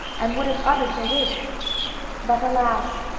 and would have uttered her wish but, alas!